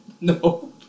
no